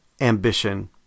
ambition